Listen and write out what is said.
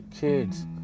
kids